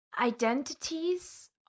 identities